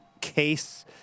case